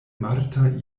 marta